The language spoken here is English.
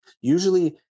Usually